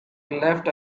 left